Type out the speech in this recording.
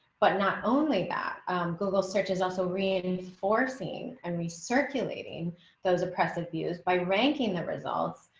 but not only that google searches also reinforcing and re circulating those oppressive views by ranking the results,